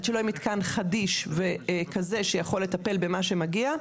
עד שלא יהיה מתקן חדיש וכזה שיכול לטפל במה שמגיע,